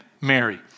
Mary